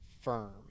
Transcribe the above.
firm